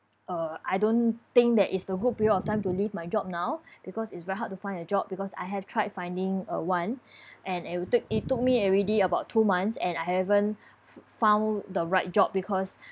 uh I don't think that it's the good period of time to leave my job now because it's very hard to find a job because I have tried finding uh one and it will take it took me already about two months and I haven't f~ found the right job because